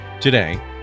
Today